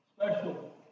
special